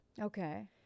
Okay